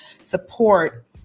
support